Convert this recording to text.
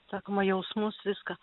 sakoma jausmus viską